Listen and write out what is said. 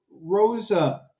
Rosa